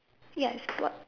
yes what